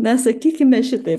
na sakykime šitaip